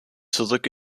zurück